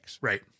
Right